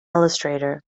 illustrator